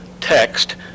text